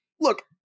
look